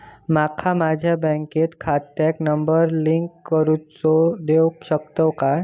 माका माझ्या बँक खात्याक नंबर लिंक करून देऊ शकता काय?